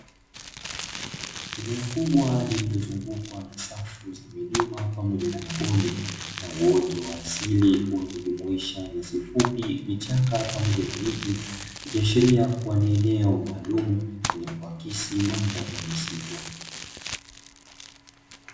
Eneo kubwa lililozungukwa na safu za milima pamoja na mabonde, na uoto wa asili unaojumuisha nyasi fupi, vichaka, pamoja na miti. Ikiashiria kuwa ni eneo maalumu lenye kuakisi madhari ya misitu.